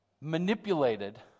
manipulated